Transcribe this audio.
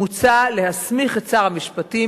מוצע להסמיך את שר המשפטים,